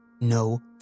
No